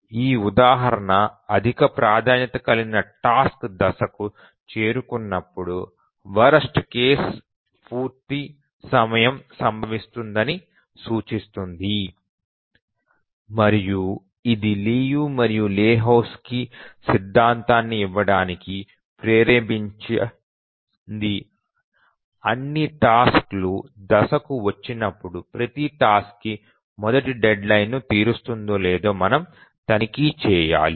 ఈ ఉదాహరణ అధిక ప్రాధాన్యత కలిగిన టాస్క్ దశకు చేరుకున్నప్పుడు వరస్ట్ కేసు పూర్తి సమయం సంభవిస్తుంది అని సూచిస్తుంది మరియు ఇది లియు మరియు లెహోజ్కిటో సిద్ధాంతాన్ని ఇవ్వడానికి ప్రేరేపించింది అన్ని టాస్క్ లు దశకు వచ్చినప్పుడు ప్రతి టాస్క్ కి మొదటి డెడ్లైన్ ను తీరుస్తుందో లేదో మనం తనిఖీ చేయాలి